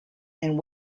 and